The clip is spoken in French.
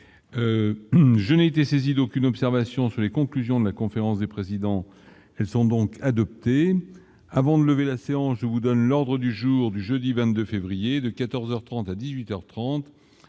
je n'ai été saisi d'aucune observation sur les conclusions de la conférence des présidents, elles sont donc adopté avant de lever la séance, je vous donne l'ordre du jour du jeudi 22 février de 14 heures 30